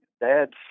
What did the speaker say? dad's